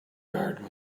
garden